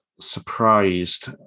surprised